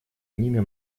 ними